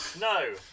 No